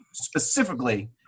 specifically